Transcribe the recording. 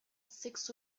six